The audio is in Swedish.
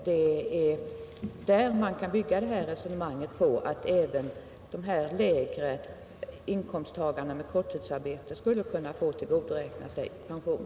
Därför bör man kunna tänka sig att även lägre inkomsttagare med korttidsarbete skulle kunna få tillgodoräkna sig pension.